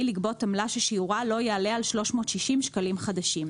לגבות עמלה ששיעורה לא יעלה על 360 שקלים חדשים."